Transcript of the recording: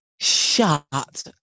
Shut